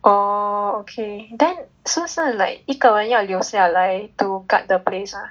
oh okay then so 是 like 一个要留下来 to guard the place ah